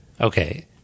Okay